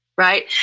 Right